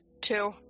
two